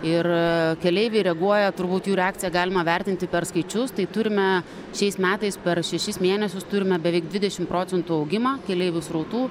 ir keleiviai reaguoja turbūt jų reakciją galima vertinti per skaičius tai turime šiais metais per šešis mėnesius turime beveik dvidešim procentų augimą keleivių srautų